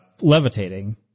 levitating